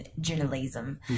Journalism